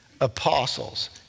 apostles